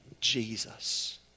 Jesus